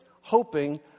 hoping